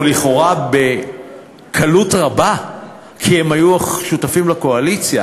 ולכאורה בקלות רבה כי הם היו שותפים לקואליציה,